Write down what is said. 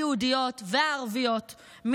היהודיות והערביות,